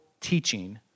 teaching